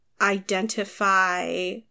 identify